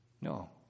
No